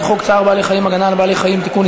חוק צער בעלי-חיים (הגנה על בעלי-חיים) (תיקון,